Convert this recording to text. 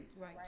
Right